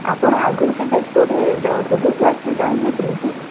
ଆପଣ ଆଗରୁ କେବେ କେଉଁଠି ଯୋଗ କ୍ଲାସ୍ରେ ଜଏନ୍ ହେଇଥିଲେ କି